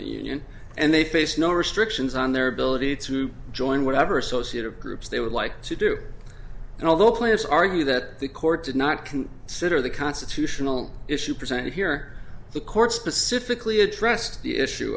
the union and they face no restrictions on their ability to join whatever associated groups they would like to do and although play is argue that the court did not can siddur the constitutional issue presented here the court specifically addressed the issue